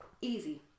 Easy